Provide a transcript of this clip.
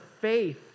faith